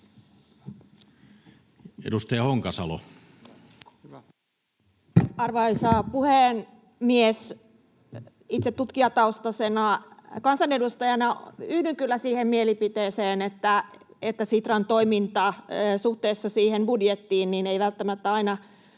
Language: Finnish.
14:24 Content: Arvoisa puhemies! Itse tutkijataustaisena kansanedustajana yhdyn kyllä siihen mielipiteeseen, että Sitran toiminta suhteessa budjettiin ei välttämättä aina